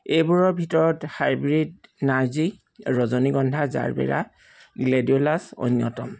এইবোৰৰ ভিতৰত হাইব্ৰীড নাৰ্জী ৰজনীগন্ধা জাৰবেৰা গ্লেডিঅ'লাছ অন্যতম